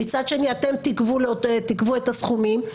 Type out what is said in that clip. ומצד שני אתם תגבו את הסכומים.